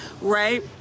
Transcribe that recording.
right